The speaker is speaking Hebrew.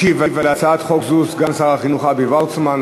ישיב על הצעת חוק זו סגן שר החינוך אבי וורצמן.